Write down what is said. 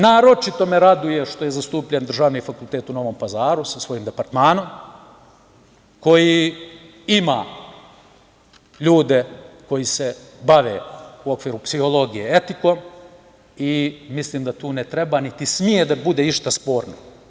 Naročito me raduje što je zastupljen državni fakultet u Novom Pazaru sa svojim departmanom koji ima ljude koji se bave u okviru psihologije etikom i mislim da tu ne treba niti sme da bude išta sporno.